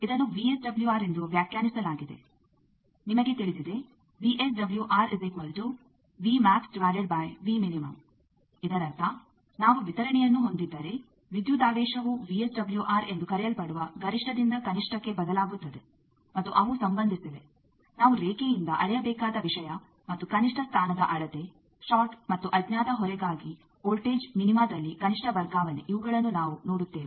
ಇದನ್ನು ವಿಎಸ್ಡಬ್ಲ್ಯೂಆರ್ ಎಂದು ವ್ಯಾಖ್ಯಾನಿಸಲಾಗಿದೆ ನಿಮಗೆ ತಿಳಿದಿದೆ ಇದರರ್ಥ ನಾವು ವಿತರಣೆಯನ್ನು ಹೊಂದಿದ್ದರೆ ವಿದ್ಯುದಾವೇಶವು ವಿಎಸ್ಡಬ್ಲ್ಯೂಆರ್ ಎಂದು ಕರೆಯಲ್ಪಡುವ ಗರಿಷ್ಟದಿಂದ ಕನಿಷ್ಟಕ್ಕೆ ಬದಲಾಗುತ್ತದೆ ಮತ್ತು ಅವು ಸಂಬಂಧಿಸಿವೆ ನಾವು ರೇಖೆಯಿಂದ ಅಳೆಯಬೇಕಾದ ವಿಷಯ ಮತ್ತು ಕನಿಷ್ಠ ಸ್ಥಾನದ ಅಳತೆ ಷಾರ್ಟ್ ಮತ್ತು ಅಜ್ಞಾತ ಹೊರೆಗಾಗಿ ವೋಲ್ಟೇಜ್ ಮಿನಿಮದಲ್ಲಿ ಕನಿಷ್ಠ ವರ್ಗಾವಣೆ ಇವುಗಳನ್ನು ನಾವು ನೋಡುತ್ತೇವೆ